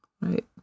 Right